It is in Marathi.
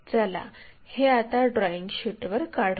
चला हे आता ड्रॉईंग शीट वर काढू